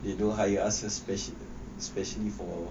they don't hire us spec~ specially for